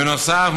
בנוסף,